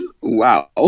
Wow